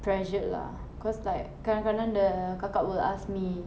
pressured lah cause like kadang-kadang the kakak will ask me